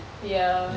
ya